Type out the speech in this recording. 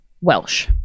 welsh